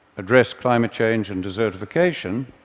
address climate change and desertification,